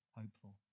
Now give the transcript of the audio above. hopeful